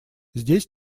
здесь